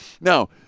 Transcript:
Now